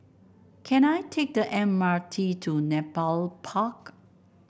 can I take the M R T to Nepal Park